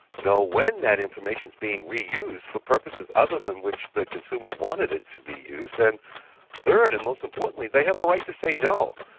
know when that information is being reused for purposes other than which the consumer wanted it to be used. and third, and most importantly, they have a right to say no.